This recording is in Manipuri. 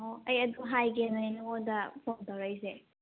ꯑꯣ ꯑꯩ ꯑꯗꯨ ꯍꯥꯏꯒꯦꯅꯅꯦ ꯅꯪꯑꯣꯟꯗ ꯐꯣꯟ ꯇꯧꯔꯛꯏꯁꯦ